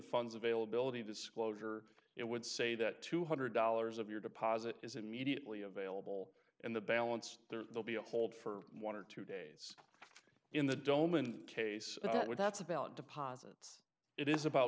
funds availability disclosure it would say that two hundred dollars of your deposit is immediately available and the balance there will be on hold for one or two days in the dome and case that would that's about deposits it is about